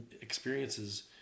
experiences